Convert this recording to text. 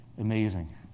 Amazing